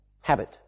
habit